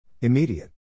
Immediate